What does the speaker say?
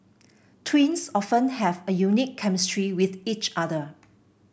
twins often have a unique chemistry with each other